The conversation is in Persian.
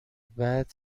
بعد